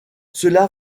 cela